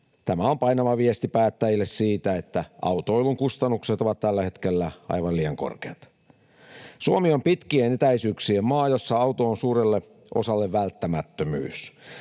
Tämä on painava viesti päättäjille siitä, että autoilun kustannukset ovat tällä hetkellä aivan liian korkeat. Suomi on pitkien etäisyyksien maa, jossa auto on suurelle osalle välttämättömyys.